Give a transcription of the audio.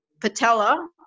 patella